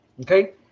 Okay